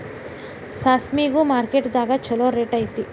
ಸಾಸ್ಮಿಗು ಮಾರ್ಕೆಟ್ ದಾಗ ಚುಲೋ ರೆಟ್ ಐತಿ